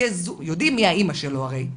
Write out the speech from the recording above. יודעים מי האימא שלו הרי,